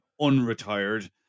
unretired